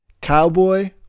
cowboy